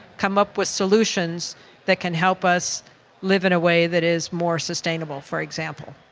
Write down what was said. come up with solutions that can help us live in a way that is more sustainable, for example.